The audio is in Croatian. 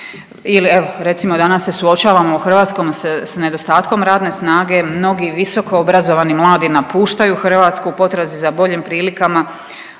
Il evo recimo danas se suočavamo u Hrvatskoj s nedostatkom radne snage, mnogi visokoobrazovani mladi napuštaju Hrvatsku u potrazi za boljim prilikama,